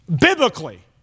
biblically